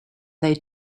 they